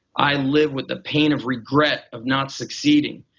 i lived with the pain of regret of not succeeding.